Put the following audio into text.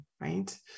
right